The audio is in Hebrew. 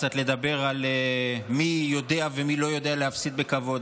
קצת לדבר על מי יודע ומי לא יודע להפסיד בכבוד,